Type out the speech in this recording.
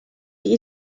die